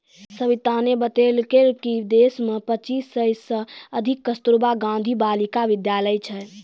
सविताने बतेलकै कि देश मे पच्चीस सय से अधिक कस्तूरबा गांधी बालिका विद्यालय छै